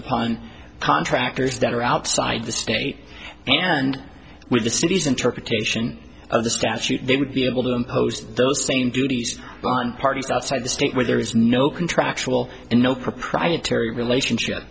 upon contractors that are outside the state and with the city's interpretation of the statute they would be able to impose those same duties on parties outside the state where there is no contractual and no proprietary relationship